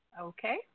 Okay